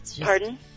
Pardon